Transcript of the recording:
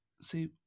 See